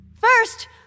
First